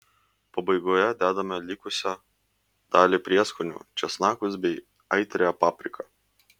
pabaigoje dedame likusią dalį prieskonių česnakus bei aitriąją papriką